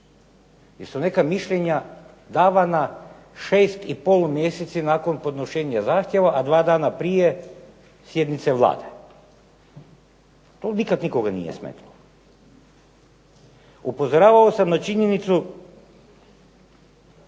su neka mišljenja davana šest i pol mjeseci nakon podnošenja zahtjeva, a dva dana prije sjednice Vlade. To nikad nikoga nije smetalo. Upozoravao sam na činjenicu